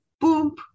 boom